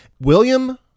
William